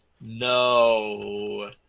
no